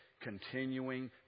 continuing